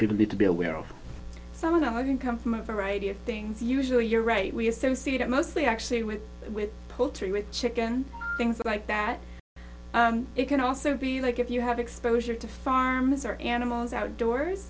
people need to be aware of some of that having come from a variety of things usually you're right we associate it mostly actually with with poultry with chicken things like that it can also be like if you have exposure to farmers are animals outdoors